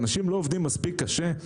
אנשים לא עובדים מספיק קשה?